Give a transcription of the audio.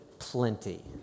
plenty